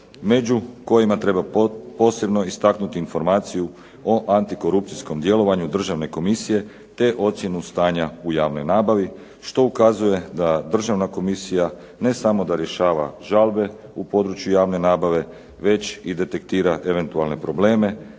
među kojima treba posebno istaknuti informaciju o antikorupcijskom djelovanju Državne komisije, te ocjenu stanja u javnoj nabavi što ukazuje da Državna komisija ne samo da rješava žalbe u području javne nabave već i detektira eventualne probleme,